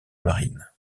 marine